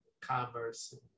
commerce